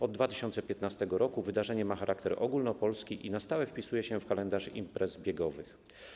Od 2015 r. wydarzenie ma charakter ogólnopolski i na stałe wpisuje się w kalendarz imprez biegowych.